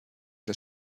das